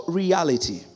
reality